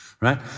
Right